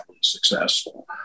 successful